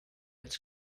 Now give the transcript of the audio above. its